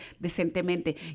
decentemente